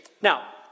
Now